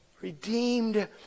redeemed